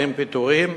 אין פיטורין?